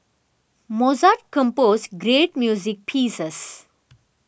Mozart composed great music pieces